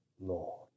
Lord